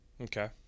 okay